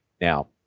Now